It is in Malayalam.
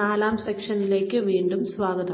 നാലാം സെഷനിലേക്ക് വീണ്ടും സ്വാഗതം